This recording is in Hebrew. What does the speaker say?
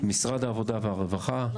משרד העבודה והרווחה,